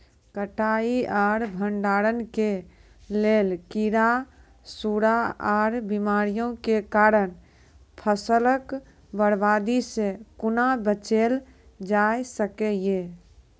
कटाई आर भंडारण के लेल कीड़ा, सूड़ा आर बीमारियों के कारण फसलक बर्बादी सॅ कूना बचेल जाय सकै ये?